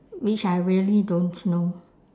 which I really don't know